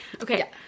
Okay